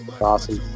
Awesome